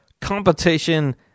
competition